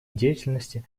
деятельности